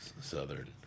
Southern